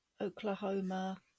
Oklahoma